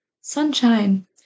Sunshine